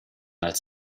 als